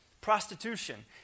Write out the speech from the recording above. prostitution